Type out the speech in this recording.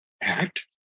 act